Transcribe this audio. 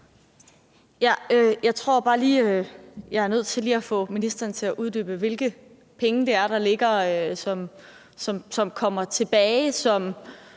jeg er nødt til lige at få ministeren til at uddybe, hvilke penge det er, der ligger, som kommer tilbage,